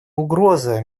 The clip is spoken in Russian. угрозы